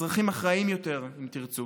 אזרחים אחראים יותר, אם תרצו.